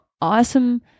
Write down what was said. awesome